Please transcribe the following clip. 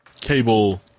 cable